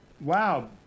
wow